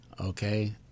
okay